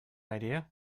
idea